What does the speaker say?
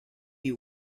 you